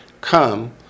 Come